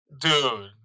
Dude